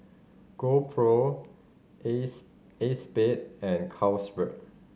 GoPro Acexspade and Carlsberg